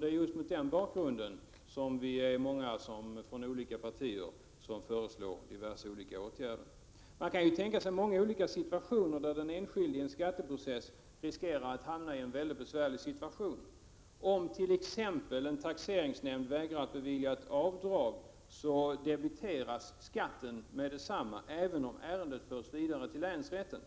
Det är just mot den bakgrunden som vi är många i olika partier som föreslår diverse åtgärder. Den enskilde kanii en skatteprocess riskera att hamna i en mycket besvärlig situation. Om t.ex. en taxeringsnämnd vägrar att bevilja ett avdrag, debiteras skatten med detsamma även om ärendet förs vidare till länsrätten.